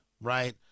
right